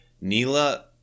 Nila